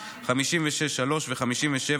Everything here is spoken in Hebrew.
56(3) ו-57,